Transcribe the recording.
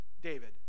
David